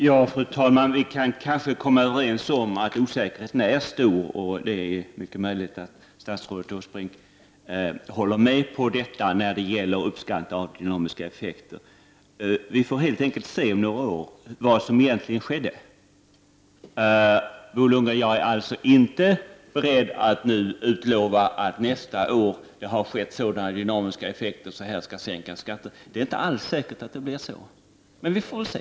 Fru talman! Vi kan kanske komma överens om att osäkerheten är stor. Det är mycket möjligt att statsrådet Åsbrink håller med om detta när det gäller uppskattningen av dynamiska effekter. Vi får helt enkelt se om några år vad som egentligen skett. Bo Lundgren! Jag är inte beredd att utlova att vi nästa år har fått sådana dynamiska effekter att skatterna skall sänkas. Det är inte alls säkert att det blir så. Men vi får se.